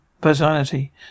personality